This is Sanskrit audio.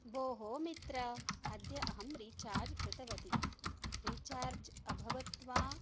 भोः मित्र अद्य अहं रीचार्ज् कृतवती रीचार्ज् अभवत् वा